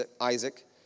Isaac